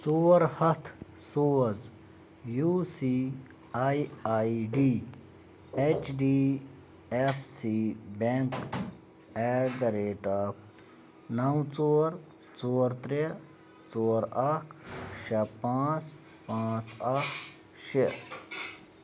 ژور ہَتھ سوز U C I I D H D F C bank at the rate of نَو ژور ژور ترٛےٚ ژور اَکھ شےٚ پانٛژھ پانٛژھ اَکھ شےٚ